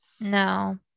No